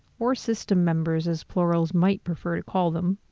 or system members, as plurals might prefer to call them,